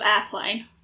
Airplane